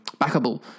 backable